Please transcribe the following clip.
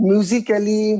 Musically